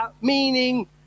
meaning